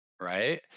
right